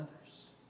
others